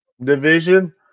Division